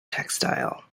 textile